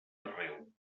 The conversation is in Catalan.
arreu